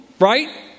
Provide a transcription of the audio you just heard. right